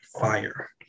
fire